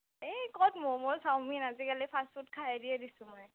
এই ক'ত ম'ম' চাওমিন আজিকালি ফাষ্ট ফুড খাই এৰিয়ে দিছোঁ মই